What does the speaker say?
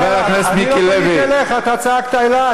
חבר הכנסת מיקי לוי, לא פניתי אליך, אתה צעקת אלי.